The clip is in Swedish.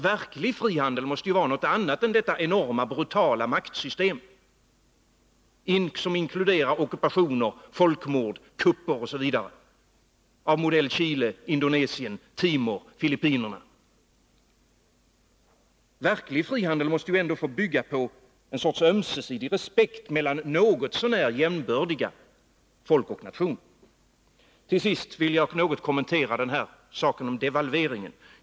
Verklig frihandel måste ju vara något annat än detta enorma, brutala maktsystem som inkluderar ockupationer, folkmord, kupper osv. av modell Chile, Indonesien, Timor, Filippinerna. Verklig frihandel måste ändå få bygga på en sorts ömsesidig respekt mellan något så när jämbördiga folk och nationer. Till sist vill jag något kommentera frågan om devalveringen.